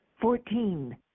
Fourteen